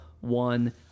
one